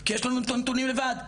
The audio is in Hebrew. כי יש לנו את הנתונים לבד,